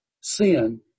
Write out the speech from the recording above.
sin